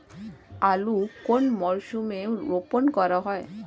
আলু কোন মরশুমে রোপণ করা হয়?